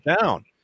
down